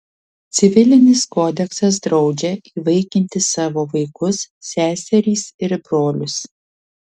civilinis kodeksas draudžia įvaikinti savo vaikus seserys ir brolius